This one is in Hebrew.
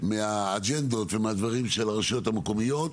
מהאג'נדות ומהדברים של הראשויות המקומיות,